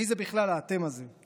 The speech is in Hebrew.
מי זה בכלל ה"אתם" הזה?